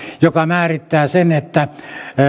joka määrittää sen että